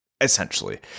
Essentially